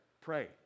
Pray